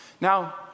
Now